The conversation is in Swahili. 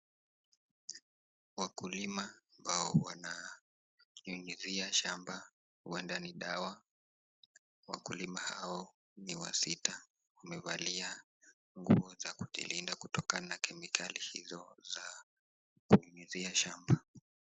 Wakulima ambao wananyunyizia shamba huenda ni dawa , wakulima hao ni wasita wamevalia nguo za kujilinda kutokana na kemikali hizo za kunyunyizia shamba.